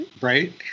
right